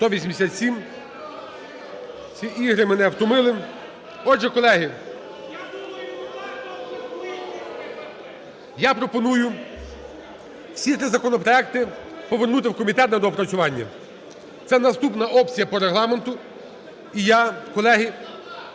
За-187 Ці ігри мене втомили. Отже, колеги, я пропоную всі три законопроекти повернути в комітет на доопрацювання. Це наступна опція по Регламенту.